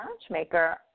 matchmaker